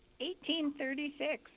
1836